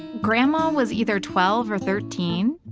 grandma was either twelve or thirteen.